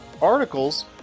articles